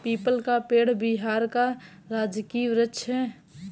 people का पेड़ बिहार का राजकीय वृक्ष है